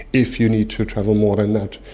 if you need to travel more than that.